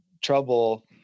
trouble